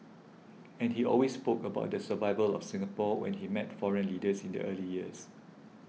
and he always spoke about the survival of Singapore when he met foreign leaders in the early years